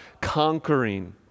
conquering